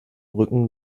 rücken